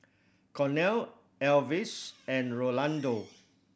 Cornel Alvis and Rolando